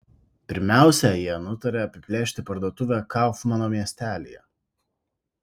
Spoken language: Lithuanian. pirmiausia jie nutarė apiplėšti parduotuvę kaufmano miestelyje